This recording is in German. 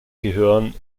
gehören